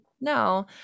no